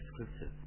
exclusive